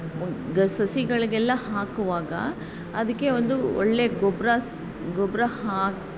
ಗ ಸಸಿಗಳಿಗೆಲ್ಲಾ ಹಾಕುವಾಗ ಅದಕ್ಕೆ ಒಂದು ಒಳ್ಳೆಯ ಗೊಬ್ರ ಗೊಬ್ಬರ ಹಾಕಿ